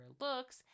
looks